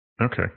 Okay